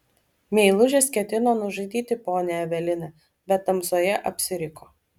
meilužis ketino nužudyti ponią eveliną bet tamsoje apsiriko